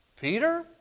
Peter